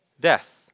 Death